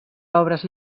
obres